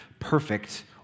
perfect